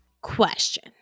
question